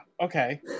okay